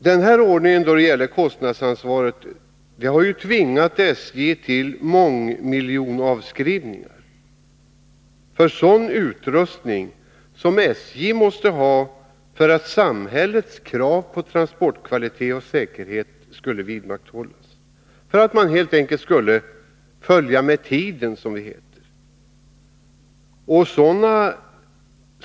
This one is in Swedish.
Den här ordningen då det gäller kostnadsansvaret har tvingat SJ till mångmiljonavskrivningar för sådan utrustning som SJ måste ha för att samhällets krav på transportkvalitet och säkerhet skall uppfyllas, för att man helt enkelt skall följa med tiden, som det heter.